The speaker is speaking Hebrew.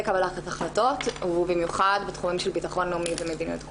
קבלת ההחלטות ובמיוחד בתחומים של בטחון לאומי ומדיניות חוץ.